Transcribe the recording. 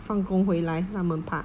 放工回来他们怕